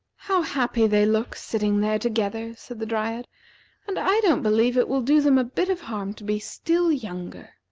how happy they look, sitting there together, said the dryad and i don't believe it will do them a bit of harm to be still younger.